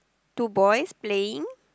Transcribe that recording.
two boys playing